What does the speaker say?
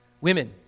women